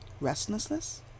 Restlessness